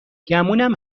گمونم